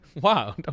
Wow